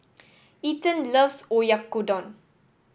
Ethen loves Oyakodon